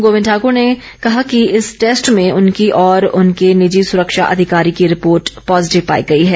गोविंद ठाकर ने कहा है कि इस टैस्ट में उनकी और उनके निजी सुरक्षा अधिकारी की रिपोर्ट पॉजीटिव पाई गई है